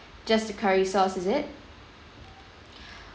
just the curry sauce is it